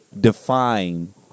define